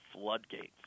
floodgates